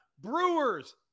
Brewers